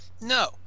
No